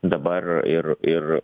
dabar ir ir